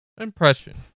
Impression